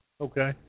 Okay